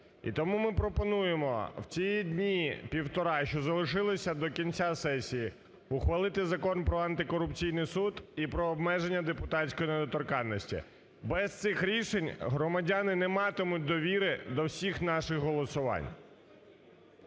І тому ми пропонуємо в ці дні, півтора, що залишилися до кінця сесії, ухвалити Закон про Антикорупційний суд і про обмеження депутатської недоторканності. Без цих рішень громадяни не матимуть довіри до всіх наших голосувань.